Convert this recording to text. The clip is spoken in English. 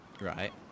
right